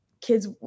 kids